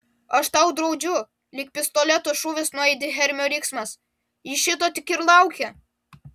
aš tau draudžiu lyg pistoleto šūvis nuaidi hermio riksmas ji šito tik ir laukia